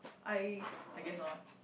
I I guess not